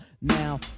Now